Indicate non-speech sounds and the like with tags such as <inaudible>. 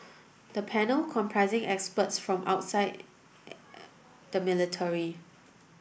the panel comprising experts from outside <hesitation> the military